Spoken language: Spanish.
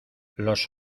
los